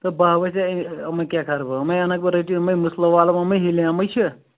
تہٕ بہٕ ہاوے ژےٚ یِمن کیٛاہ کَرٕ بہٕ یِم ہے انکھ بہٕ رٔٹِتھ یِمے مٔسلہٕ والہٕ بہٕ یِمے چھِ